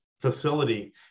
facility